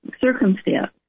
circumstance